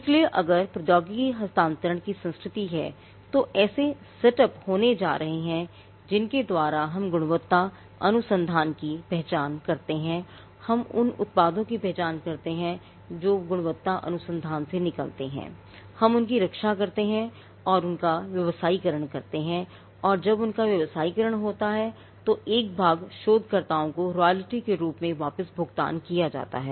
इसलिए अगर प्रौद्योगिकी हस्तांतरण की संस्कृति है तो ऐसे सेटअप होने जा रहे हैं जिनके द्वारा हम गुणवत्ता अनुसंधान की पहचान करते हैं हम उन उत्पादों की पहचान करते हैं जो गुणवत्ता अनुसंधान से निकलते हैं हम उनकी रक्षा करते हैं और हम उनका व्यावसायीकरण करते हैं और जब उनका व्यवसायीकरण होता है तो एक भाग शोधकर्ताओं को रॉयल्टी के रूप में वापस भुगतान किया जाता है